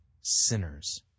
sinners